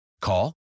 Call